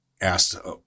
asked